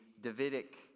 Davidic